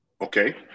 okay